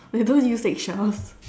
they don't use egg shells